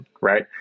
right